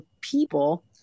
people